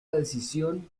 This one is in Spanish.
decisión